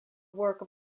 work